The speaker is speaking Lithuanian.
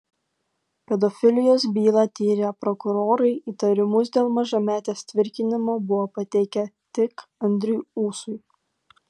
pedofilijos bylą tyrę prokurorai įtarimus dėl mažametės tvirkinimo buvo pateikę tik andriui ūsui